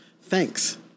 thanks